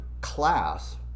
class